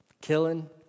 Killing